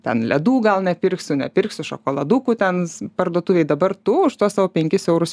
ten ledų gal nepirksiu nepirksiu šokoladukų ten parduotuvėje dabar tu už tuos savo penkis eurus